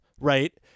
right